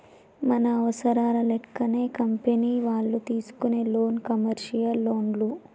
మన అవసరాల లెక్కనే కంపెనీ వాళ్ళు తీసుకునే లోను కమర్షియల్ లోన్లు